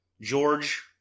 George